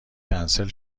کنسل